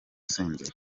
senderi